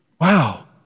Wow